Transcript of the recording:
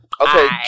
Okay